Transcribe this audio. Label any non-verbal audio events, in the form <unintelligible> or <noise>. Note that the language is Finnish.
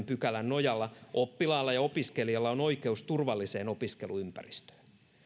<unintelligible> pykälän nojalla oppilaalla ja opiskelijalla on oikeus turvalliseen opiskeluympäristöön